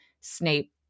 Snape